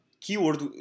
keyword